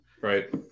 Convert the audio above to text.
Right